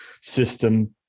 system